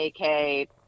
AK